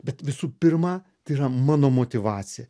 bet visų pirma tai yra mano motyvacija